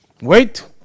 Wait